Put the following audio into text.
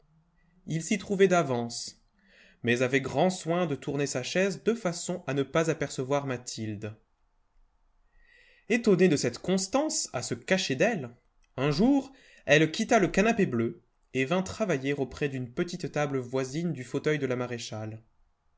il s'y trouvait d'avance mais avait grand soin de tourner sa chaise de façon à ne pas apercevoir mathilde étonnée de cette constance à se cacher d'elle un jour elle quitta le canapé bleu et vint travailler auprès d'une petite table voisine du fauteuil de la maréchale